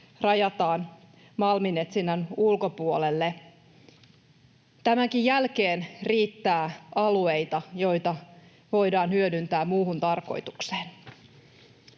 rajataan malminetsinnän ulkopuolelle. Tämänkin jälkeen riittää alueita, joita voidaan hyödyntää muuhun tarkoitukseen.